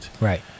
Right